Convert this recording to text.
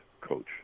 coach